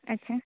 ᱟᱪᱪᱷᱟ